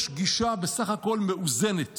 יש גישה בסך הכול מאוזנת